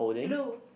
blue